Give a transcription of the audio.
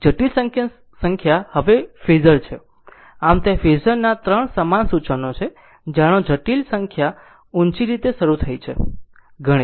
જટિલ સંખ્યા તરીકે હવે ફેઝર છે આમ ત્યાં ફેઝર ના 3 સમાન સૂચનો છે જાણો જટિલ સંખ્યા ઉચી રીતે શરૂ થઈ છે ગણિત